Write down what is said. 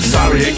Sorry